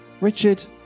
Richard